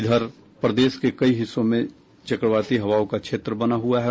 इधर प्रदेश के कई हिस्सों में चक्रवाती हवाओं का क्षेत्र बना हुआ है